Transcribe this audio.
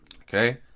Okay